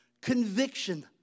conviction